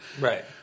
Right